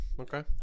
Okay